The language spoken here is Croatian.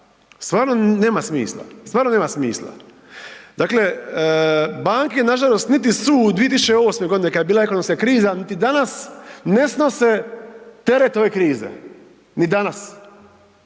stvarno nema smisla. Dakle, banke nažalost niti su u 2008.g. kad je bila ekonomska kriza, niti danas ne snose teret ove krize, ni danas.